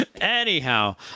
Anyhow